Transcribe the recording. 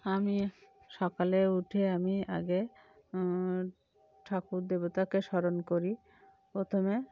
আমি সকালে উঠে আমি আগে ঠাকুর দেবতাকে স্মরণ করি প্রথমে